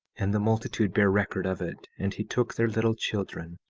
and the multitude bare record of it, and he took their little children,